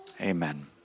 amen